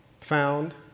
found